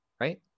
right